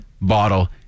bottle